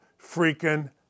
freaking